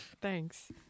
Thanks